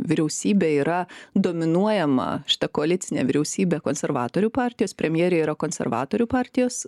vyriausybė yra dominuojama šita koalicinė vyriausybė konservatorių partijos premjerė yra konservatorių partijos